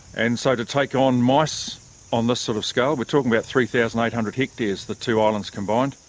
and so to take on mice on this sort of scale, we're talking about three thousand eight hundred hectares, the two islands combined,